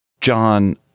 John